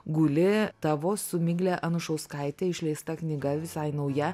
guli tavo su migle anušauskaite išleista knyga visai nauja